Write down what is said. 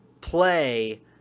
play